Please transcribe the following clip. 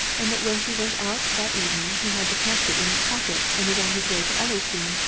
and that when he went out that evening he had the casket in his pocket and was on his way to ellersdeane,